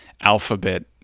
Alphabet